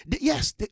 Yes